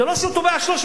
זה לא שהוא תובע 300,000,